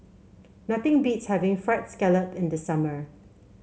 nothing beats having fried scallop in the summer